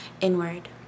inward